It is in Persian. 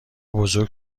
بزرگ